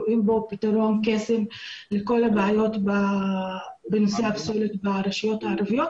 רואים בו פתרון קסם לכל הבעיות בנושא הפסולת ברשויות הערביות,